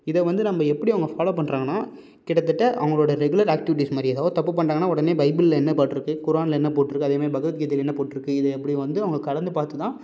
இதை வந்து நம்ம எப்படி அவங்க ஃபாலோவ் பண்ணுறாங்கனா கிட்ட தட்ட அவங்களோட ரெகுலர் ஆக்டிவிடீஷ் மாதிரியே எதோ தப்பு பண்ணுறாங்கனா உடனே பைப்பிள்ல என்ன போட்டிருக்கு குரான்ல என்ன போட்டிருக்கோ அதேமாதிரி பகவத்கீதையில் என்ன போட்டிருக்கு இதை எப்படி வந்து அவங்க கலந்து பார்த்துதான்